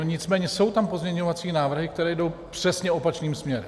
Nicméně jsou tam pozměňovací návrhy, které jdou přesně opačným směrem.